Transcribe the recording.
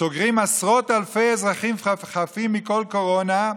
סוגרים עשרות אלפי אזרחים חפים מכל קורונה,